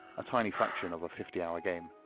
a tiny fraction of a fifty hour game.